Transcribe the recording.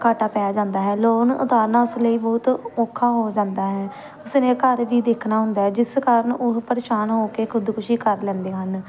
ਘਾਟਾ ਪੈ ਜਾਂਦਾ ਹੈ ਲੋਨ ਉਤਾਰਨਾ ਉਸ ਲਈ ਬਹੁਤ ਔਖਾ ਹੋ ਜਾਂਦਾ ਹੈ ਉਸਨੇ ਘਰ ਵੀ ਦੇਖਣਾ ਹੁੰਦਾ ਹੈ ਜਿਸ ਕਾਰਨ ਉਹ ਪਰੇਸ਼ਾਨ ਹੋ ਕੇ ਖੁਦਕੁਸ਼ੀ ਕਰ ਲੈਂਦੇ ਹਨ